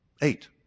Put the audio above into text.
Eight